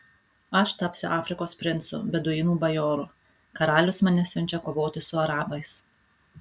aš tapsiu afrikos princu beduinų bajoru karalius mane siunčia kovoti su arabais